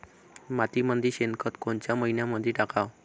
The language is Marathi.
मातीमंदी शेणखत कोनच्या मइन्यामंधी टाकाव?